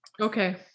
Okay